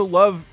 love